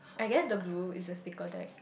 I guess the blue is a sticker tag